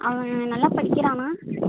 அவன் நல்லா படிக்கிறானா